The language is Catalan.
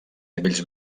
nivells